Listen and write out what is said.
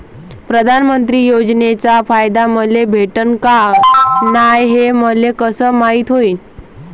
प्रधानमंत्री योजनेचा फायदा मले भेटनं का नाय, हे मले कस मायती होईन?